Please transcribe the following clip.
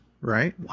right